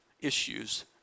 issues